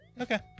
Okay